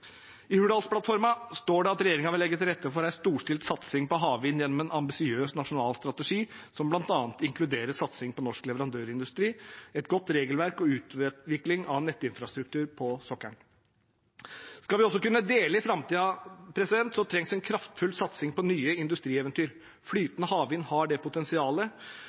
I Hurdalsplattformen står det at regjeringen vil legge til rette for en storstilt satsing på havvind gjennom en ambisiøs nasjonal strategi som bl.a. inkluderer satsing på norsk leverandørindustri, et godt regelverk og utvikling av nettinfrastruktur på sokkelen. Skal vi også kunne dele i framtiden, trengs en kraftfull satsing på nye industrieventyr. Flytende havvind har det potensialet,